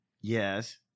Yes